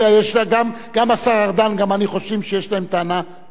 גם השר ארדן וגם אני חושבים שיש להם טענה מאוד צודקת.